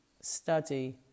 study